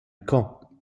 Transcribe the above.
caen